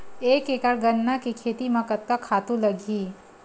एक एकड़ गन्ना के खेती म कतका खातु लगही?